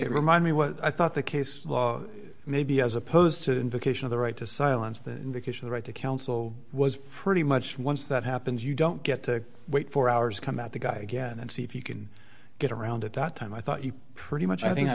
you remind me what i thought the case may be as opposed to the invocation of the right to silence the invocation the right to counsel was pretty much once that happens you don't get to wait for hours come out the guy again and see if you can get around at that time i thought you pretty much i think i